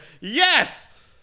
yes